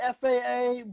FAA